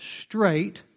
straight